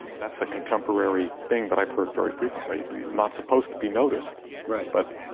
that's a contemporary thing that i've heard very frequently, not supposed to be noticed right but,